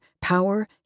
power